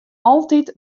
altyd